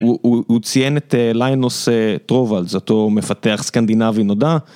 הוא הוא הוא ציין את ליינוס טרובלדס, אותו מפתח סקנדינאווי נודע.